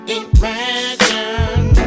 imagine